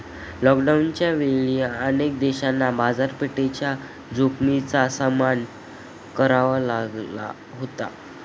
लॉकडाऊनच्या वेळी अनेक देशांना बाजारपेठेच्या जोखमीचा सामना करावा लागला होता